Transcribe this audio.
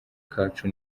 kacu